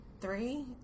three